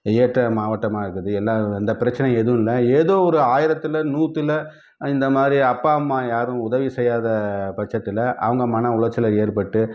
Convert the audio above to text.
ஏற்ற மாவட்டமாக இருக்குது எல்லா எந்த பிரச்சனையும் எதுவும் இல்லை ஏதோ ஒரு ஆயிரத்தில் நூற்றில இந்தமாதிரி அப்பா அம்மா யாரும் உதவி செய்யாத பட்சத்தில் அவங்க மன உளைச்சல ஏற்பட்டு